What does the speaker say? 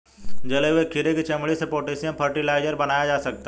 जले हुए खीरे की चमड़ी से पोटेशियम फ़र्टिलाइज़र बनाया जा सकता है